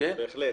כן, בהחלט.